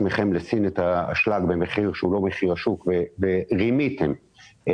לסין את האשלג במחיר שהוא לא מחיר השוק הגיע לבוררות,